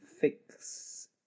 fix